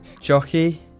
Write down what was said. jockey